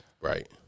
Right